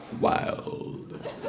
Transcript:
Wild